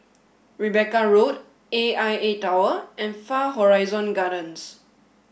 Rebecca Road A I A Tower and Far Horizon Gardens